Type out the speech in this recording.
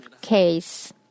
case